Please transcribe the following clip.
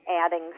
adding